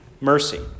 mercy